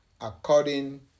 according